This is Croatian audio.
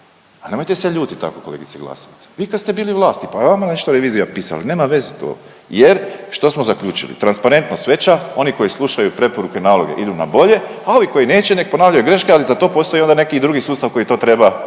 Pa nemojte se ljutiti tako kolegice Glasovac. Vi kad ste bili na vlasti pa i vama je nešto revizija pisala i nema veze to jer što smo zaključili transparentnost veća, oni koji slušaju preporuke naravno idu na bolje, a ovi koji neće nek ponavljaju greške ali za to postoji onda neki drugi sustav koji to treba